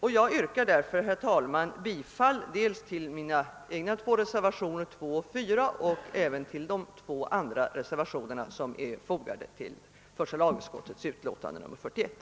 Med det anförda ber jag, herr talman, att få yrka bifall dels till mina egna två reservationer, 2 och 4, dels till de två andra reservationer som är fogade till första lagutskottets utlåtande nr 41.